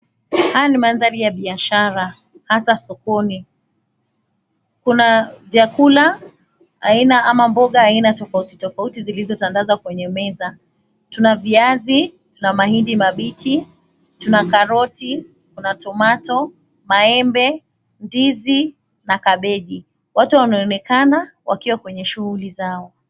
Haya ni madhari ya biashara hasa sokoni. Kuna vyakula aina ama mboga aina tofautitofauti zilizotandazwa kwenye meza. Tuna viazi, tuna mahindi mabichi, tuna karoti, tuna tomato , maembe, ndizi na kabeji. Watu wanaonekana wakiwa kwenye shughuli zao.